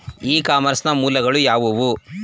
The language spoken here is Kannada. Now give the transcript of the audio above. ಇ ಕಾಮರ್ಸ್ ನ ಮೂಲಗಳು ಯಾವುವು?